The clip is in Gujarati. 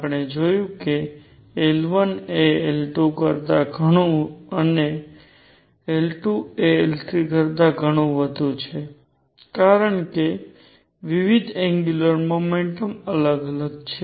આપણે જોયું કે L1 એ L2 કરતા વધુ અને L2 એ L3 કરતા વધુ છે કારણ કે વિવિધ એંગ્યુંલર મોમેન્ટમ અલગ છે